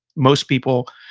most people,